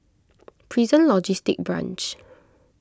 Prison Logistic Branch